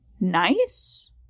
nice